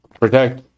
protect